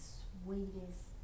sweetest